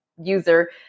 user